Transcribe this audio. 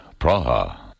Praha